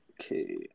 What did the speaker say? okay